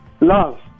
love